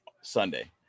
Sunday